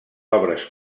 obres